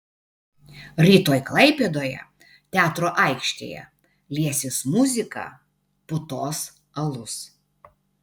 rytoj klaipėdoje teatro aikštėje liesis muzika putos alus